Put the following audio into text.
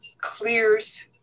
clears